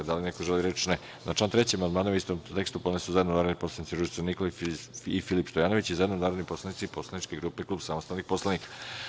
Da li neko želi reč? (Ne.) Na član 3. amandmane u istovetnom tekstu podneli su narodni poslanici Ružica Nikolić i Filip Stojanović i zajedno narodni poslanici poslaničke grupe Klub samostalnih poslanika.